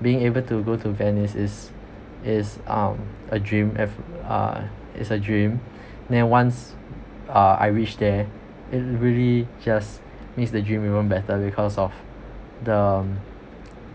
being able to go to venice is is um a dream if uh is a dream then once uh I reached there it really just makes the dream even better because of the